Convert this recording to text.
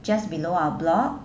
just below our block